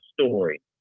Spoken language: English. story